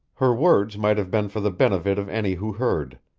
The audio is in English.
her words might have been for the benefit of any who heard.